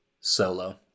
Solo